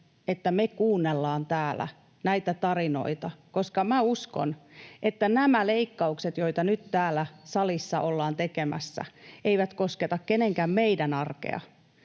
että me kuunnellaan täällä näitä tarinoita, koska minä uskon, että nämä leikkaukset, joita nyt täällä salissa ollaan tekemässä, eivät kosketa kenenkään meidän arkea,